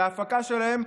על ההפקה שלהם,